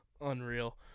Unreal